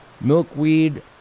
milkweed